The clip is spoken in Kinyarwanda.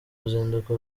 ruzinduko